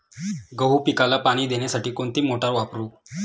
गहू पिकाला पाणी देण्यासाठी कोणती मोटार वापरू?